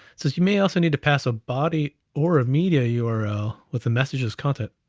so you may also need to pass a body, or a media yeah url with a messages content.